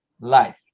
life